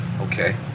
Okay